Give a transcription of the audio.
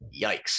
Yikes